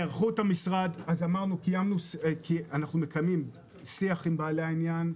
היערכות המשרד: אנחנו מקיימים שיח שוטף ורצוף עם בעלי העניין,